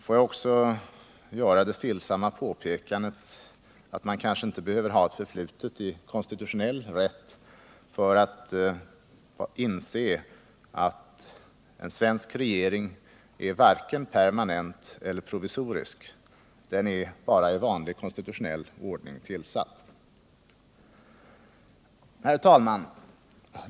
Låt mig också göra det stillsamma påpekandet att man inte behöver ha ett förflutet i konstitutionell rätt för att inse, att en svensk regering varken är permanent eller provisorisk — den är bara i vanlig konstitutionell ordning tillsatt. Herr talman!